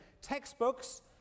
textbooks